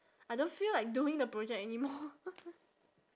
I don't feel like doing the project anymore